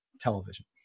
television